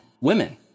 women